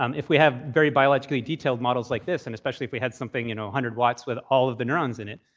um if we have very biologically detailed models like this, and especially if we had something you know, one hundred watts with all of the neurons in it,